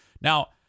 Now